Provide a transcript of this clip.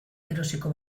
erosiko